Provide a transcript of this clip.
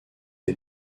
est